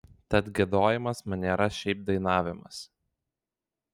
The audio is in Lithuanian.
tad giedojimas man nėra šiaip dainavimas